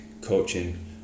coaching